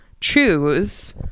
choose